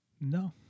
no